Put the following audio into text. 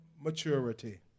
maturity